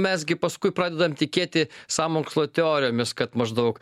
mes gi paskui pradedam tikėti sąmokslo teorijomis kad maždaug